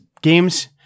games